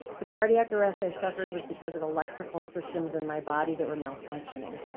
the cardiac arrest i suffered was because of electrical systems in my body that were malfunctioning.